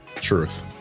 Truth